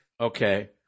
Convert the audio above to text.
Okay